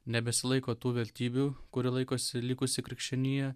nebesilaiko tų vertybių kurių laikosi likusi krikščionija